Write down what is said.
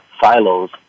silos